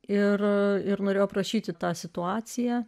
ir norėjau aprašyti tą situaciją